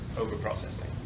over-processing